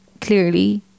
clearly